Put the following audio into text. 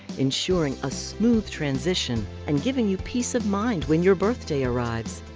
ensuring a smooth transition and giving you peace of mind when your birthday arrives.